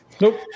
Nope